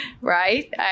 Right